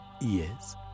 yes